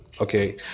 okay